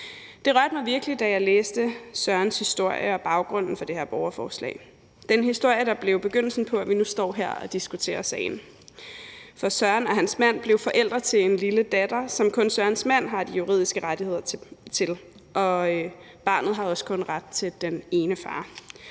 Det rørte mig virkelig, da jeg læste Sørens historie og baggrunden for det her borgerforslag. Det er en historie, der blev begyndelsen på, at vi nu står her og diskuterer sagen. Søren og hans mand blev forældre til en lille datter, som kun Sørens mand har de juridiske rettigheder til, og barnet har også kun ret til den ene far.